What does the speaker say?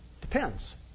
depends